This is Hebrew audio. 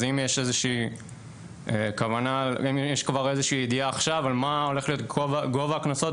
האם יש כבר ידיעה עכשיו על מה הולך להיות גובה הקנסות,